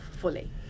fully